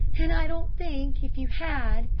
and i don't think, if you had,